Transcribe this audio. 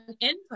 input